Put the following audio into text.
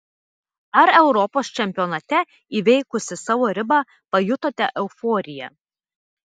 ar europos čempionate įveikusi savo ribą pajutote euforiją